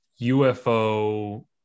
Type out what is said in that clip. UFO